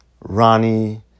Ronnie